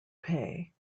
pay